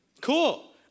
Cool